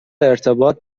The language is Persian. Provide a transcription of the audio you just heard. ارتباط